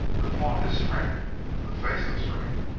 to flaunt his strength in the face of strength.